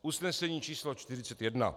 Usnesení č. 41.